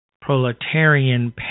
proletarian